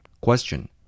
Question